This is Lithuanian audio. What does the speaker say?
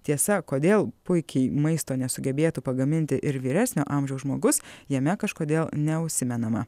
tiesa kodėl puikiai maisto nesugebėtų pagaminti ir vyresnio amžiaus žmogus jame kažkodėl neužsimenama